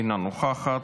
אינה נוכחת,